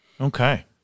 Okay